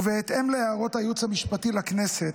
ובהתאם להערות הייעוץ המשפטי לכנסת,